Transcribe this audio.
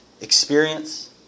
experience